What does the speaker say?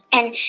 and